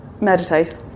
Meditate